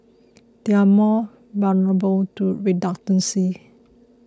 they are more vulnerable to redundancy